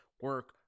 Work